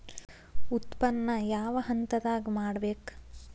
ಉತ್ಪನ್ನ ಯಾವ ಹಂತದಾಗ ಮಾಡ್ಬೇಕ್?